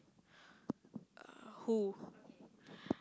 uh who